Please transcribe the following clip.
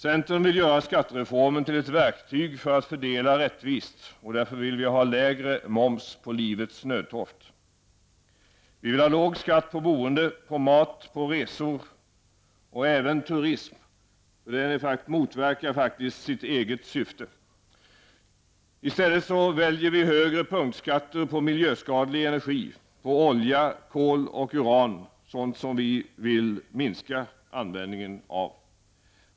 Centern vill göra skattereformen till ett verktyg för att fördela rättvist, och därför vill vi ha lägre moms på livets nödtorft. Vi vill ha låg skatt på boende, på mat, på resor och även på turism -- i annat fall motverkar skattereformen sitt eget syfte. I stället väljer vi högre punktskatter på sådan miljöskadlig energi såsom olja kol och uran, som vi vill minska användningen av.